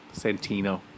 Santino